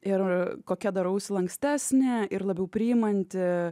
ir kokia darausi lankstesnė ir labiau priimanti